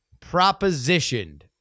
propositioned